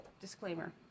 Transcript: disclaimer